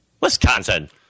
Wisconsin